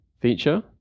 feature